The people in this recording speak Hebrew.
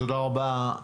תודה רבה לך